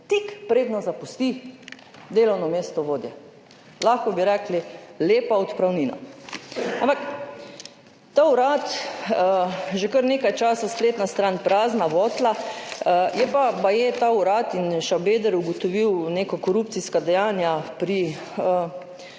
tik preden zapusti delovno mesto vodje. Lahko bi rekli lepa odpravnina. Ampak ta urad – že kar nekaj časa spletna stran prazna, votla. Je pa baje ta urad in Šabeder ugotovil neka korupcijska dejanja pri